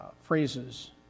phrases